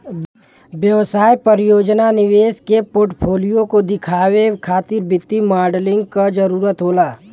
व्यवसाय परियोजना निवेश के पोर्टफोलियो के देखावे खातिर वित्तीय मॉडलिंग क जरुरत होला